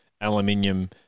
aluminium